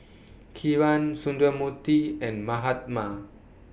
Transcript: Kiran Sundramoorthy and Mahatma